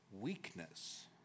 weakness